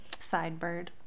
Sidebird